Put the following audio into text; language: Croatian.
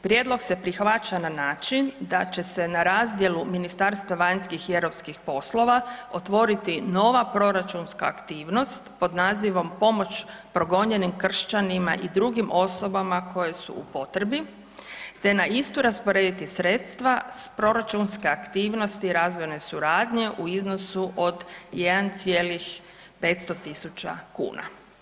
Prijedlog se prihvaća na način da će se na razdjelu Ministarstva vanjskih i europskih poslova otvoriti nova proračunska aktivnost pod nazivom „Pomoć progonjenim kršćanima i drugim osobama koje su u potrebi“, te na istu rasporediti sredstva s proračunske aktivnosti razvojne suradnje u iznosu od 1,500 000 kuna.